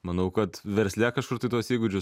manau kad versle kažkur tai tuos įgūdžius